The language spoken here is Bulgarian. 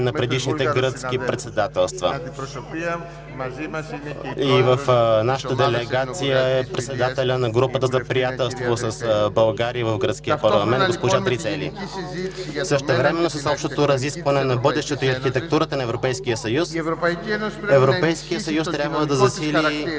на предишните гръцки председателства. В нашата делегация е председателят на групата за приятелство с България от гръцкия парламент госпожа Панагиота Дрицели. Същевременно, с общото разискване за бъдещето и архитектурата на Европейския съюз, Европейският съюз трябва да засили